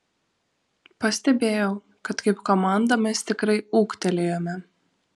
pastebėjau kad kaip komanda mes tikrai ūgtelėjome